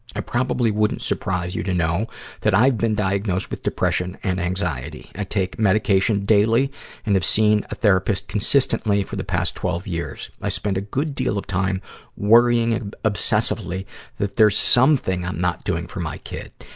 i probably wouldn't surprise you to know that i've been diagnosed with depression and anxiety. i take medication daily and have seen a therapist consistently for the past twelve years. i spend a good deal of time worrying and obsessively that there's something i'm not doing for my kid.